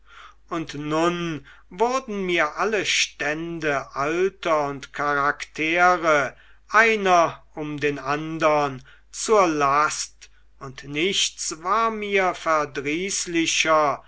und nun wurden mir alle stände alter und charaktere einer um den andern zur last und nichts war mir